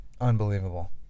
unbelievable